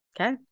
Okay